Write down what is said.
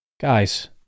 guys